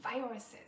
viruses